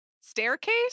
staircase